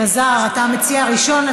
אלעזר, אתה המציע הראשון.